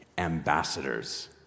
ambassadors